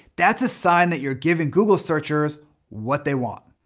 that's a sign that you're giving google searchers what they want.